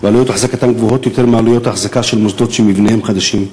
ועלויות אחזקתם גבוהות יותר מעלויות האחזקה של מוסדות שמבניהם חדשים.